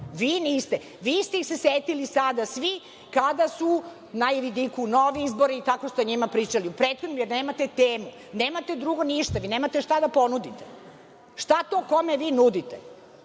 Vi niste. Vi ste ih se setili sada svi, kada su na vidiku novi izbori. Tako ste o njima i pričali u prethodnim, jer nemate temu. Nemate drugo ništa. Vi nemate šta da ponudite. Šta to kome vi nudite?